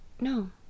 No